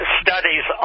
studies